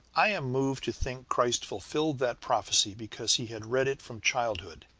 i am moved to think christ fulfilled that prophecy because he had read it from childhood.